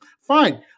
Fine